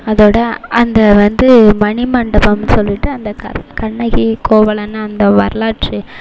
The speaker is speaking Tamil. அதோட அந்த வந்து மணி மண்டபம்ன்னு சொல்லிட்டு அந்த க கண்ணகி கோவலன் அந்த வரலாற்று